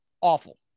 Awful